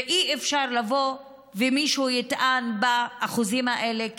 ואי-אפשר שמישהו יבוא ויטען על אחוזים האלה,